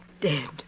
Dead